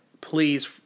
please